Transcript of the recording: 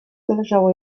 zależało